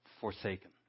forsaken